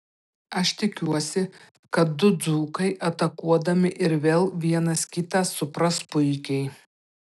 aš tikiuosi kad du dzūkai atakuodami ir vėl vienas kitą supras puikiai